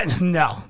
No